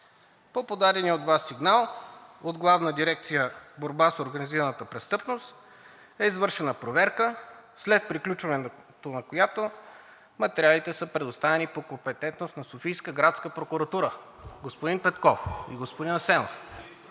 „По подадения от Вас сигнал от Главна дирекция „Борба с организираната престъпност“ е извършена проверка, след приключването на която материалите са предоставени по компетентност на Софийска градска прокуратура.“ Господин Петков и господин Василев,